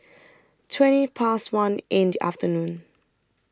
twenty Past one in The afternoon